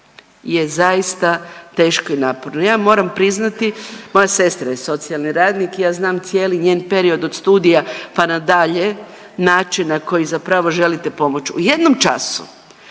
je zaista teško i naporno. Ja moram priznati, moja sestra je socijalni radnik i ja znam cijeli njen period od studija pa na dalje, način na koji zapravo želite pomoći. U jednom času